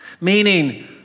meaning